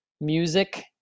music